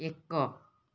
ଏକ